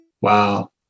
Wow